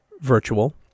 virtual